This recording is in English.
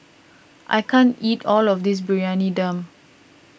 I can't eat all of this Briyani Dum